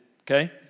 okay